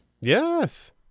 Yes